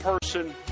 person